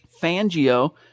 Fangio